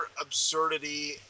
absurdity